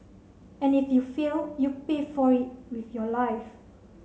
and if you fail you pay for it with your life